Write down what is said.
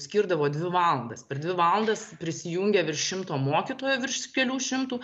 skirdavo dvi valandas per dvi valandas prisijungė virš šimto mokytojų virš kelių šimtų